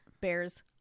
Bears